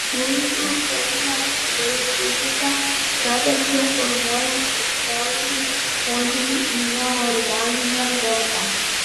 fluidų chemija bei fizika pravertė formuojant istorinį požiūrį į neorganinę gamtą